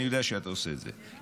אני יודע שאתה עושה את זה,